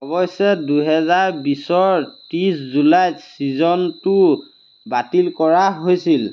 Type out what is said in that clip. অৱশ্যে দুহেজাৰ বিছৰ ত্ৰিছ জুলাইত ছিজনটো বাতিল কৰা হৈছিল